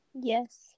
Yes